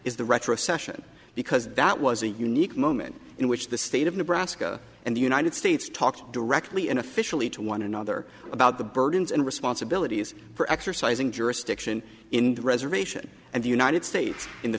is the retrocession because that was a unique moment in which the state of nebraska and the united states talked directly in officially to one another about the burdens and responsibilities for exercising jurisdiction in the reservation and the united states in the